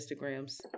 Instagrams